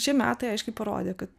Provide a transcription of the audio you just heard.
šie metai aiškiai parodė kad